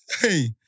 Hey